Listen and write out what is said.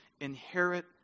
inherit